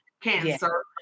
cancer